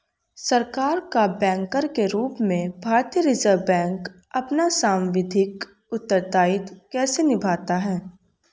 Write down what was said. सरकार का बैंकर के रूप में भारतीय रिज़र्व बैंक अपना सांविधिक उत्तरदायित्व कैसे निभाता है?